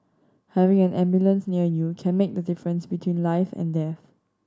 having an ambulance near you can make the difference between life and death